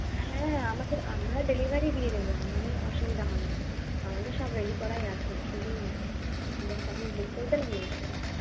হ্যাঁ আমাদের আমরা ডেলিভারি দিয়ে দেব আমাদের অসুবিধা হবে না আমাদের সব রেডি করাই আছে শুধু জাস্ট আপনি বুক করবেন নিয়ে যাবেন